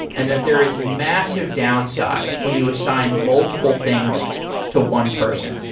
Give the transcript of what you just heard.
and that there is massive downside when you assign multiple things to one person.